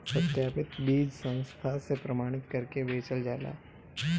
सत्यापित बीज संस्था से प्रमाणित करके बेचल जाला